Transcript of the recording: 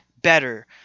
better